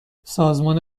سازمان